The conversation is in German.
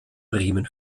bremen